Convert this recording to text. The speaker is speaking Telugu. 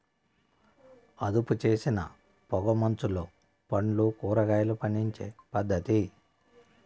అదుపుచేసిన పొగ మంచులో పండ్లు, కూరగాయలు పండించే పద్ధతి